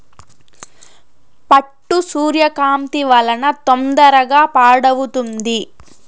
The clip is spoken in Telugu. పట్టు సూర్యకాంతి వలన తొందరగా పాడవుతుంది